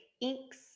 inks